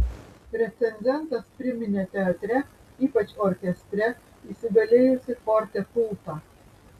recenzentas priminė teatre ypač orkestre įsigalėjusį forte kultą